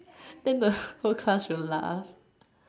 then the whole class will laugh